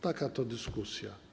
Taka to dyskusja.